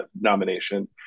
nomination